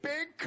Big